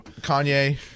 Kanye